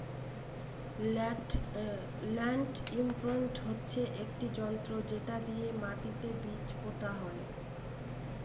land imprint হচ্ছে একটি যন্ত্র যেটা দিয়ে মাটিতে বীজ পোতা হয়